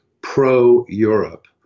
pro-Europe